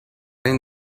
این